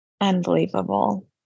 Unbelievable